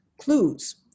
clues